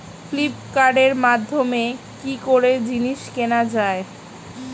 ফ্লিপকার্টের মাধ্যমে কি করে জিনিস কেনা যায়?